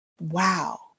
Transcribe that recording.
wow